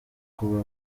kuba